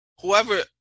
whoever